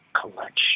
collection